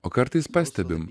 o kartais pastebim